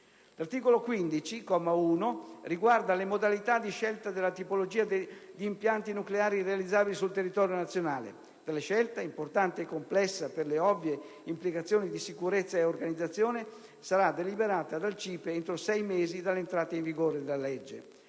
L'articolo 15, comma 1, riguarda le modalità di scelta della tipologia di impianti nucleari realizzabili sul territorio nazionale. Tale scelta, importante e complessa per le ovvie implicazioni di sicurezza e di organizzazione, sarà deliberata dal CIPE entro 6 mesi dall'entrata in vigore della legge.